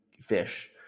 fish